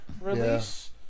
release